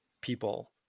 people